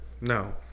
No